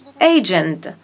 agent